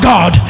God